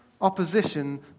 opposition